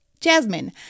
Jasmine